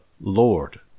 Lord